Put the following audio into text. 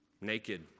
naked